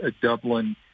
Dublin